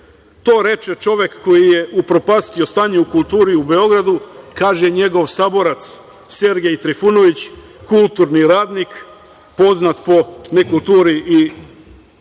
To reče čovek koji je upropastio stanje u kulturi u Beogradu. Kaže njegov saborac Sergej Trifunović, kulturni radnik, poznat po nekulturi i